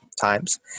times